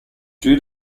due